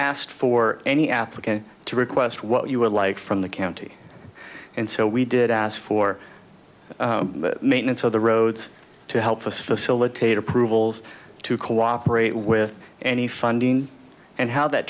asked for any applicant to request what you would like from the county and so we did ask for maintenance of the roads to help us facilitate approvals to cooperate with any funding and how that